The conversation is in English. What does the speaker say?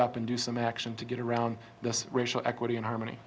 up and do some action to get around this racial equity and harmony